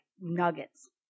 nuggets